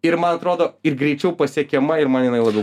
ir man atrodo ir greičiau pasiekiama ir man jinai labiau